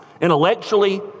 intellectually